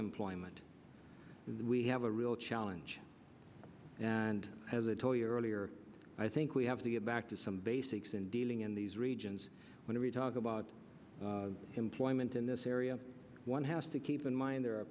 employment that we have a real challenge and as a toy earlier i think we have to get back to some basics and dealing in these regions when we talk about employment in this area one has to keep in mind